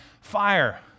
fire